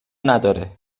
نداره